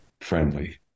friendly